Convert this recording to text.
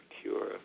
cure